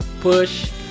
Push